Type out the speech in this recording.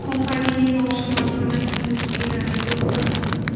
कम्पानिनि मावसुमाफोरनो सानजौफुनि जानायखौ बोखार